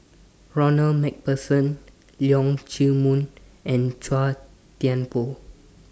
Ronald MacPherson Leong Chee Mun and Chua Thian Poh